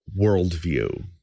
worldview